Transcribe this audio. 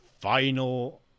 final